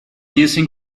using